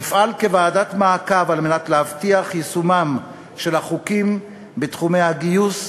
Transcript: נפעל כוועדת מעקב להבטיח את יישומם של החוקים בתחומי הגיוס,